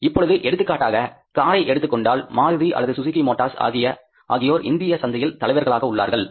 இப்பொழுது எடுத்துக்காட்டாக காரை எடுத்துக்கொண்டால் மாருதி அல்லது சுசுகி மோட்டார்ஸ் ஆகியோர் இந்திய சந்தையில் தலைவர்களாக உள்ளார்கள்